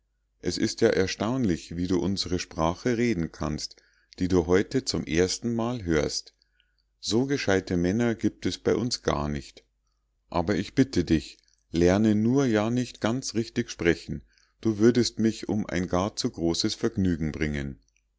es ist ja erstaunlich wie du unsere sprache reden kannst die du heute zum erstenmal hörst so gescheite männer gibt es bei uns gar nicht aber ich bitte dich lerne nur ja nicht ganz richtig sprechen du würdest mich um ein gar zu großes vergnügen bringen